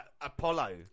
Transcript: Apollo